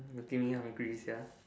making me hungry sia